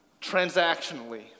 transactionally